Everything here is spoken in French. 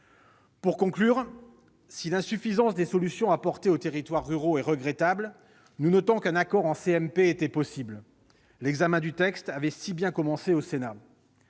Pour conclure, si l'insuffisance des solutions apportées aux territoires ruraux est regrettable, nous notons qu'un accord en commission mixte paritaire était possible. L'examen du texte avait si bien commencé au Sénat